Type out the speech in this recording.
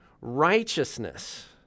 righteousness